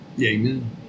Amen